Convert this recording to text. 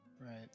Right